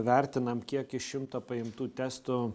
vertinam kiek iš šimto paimtų testų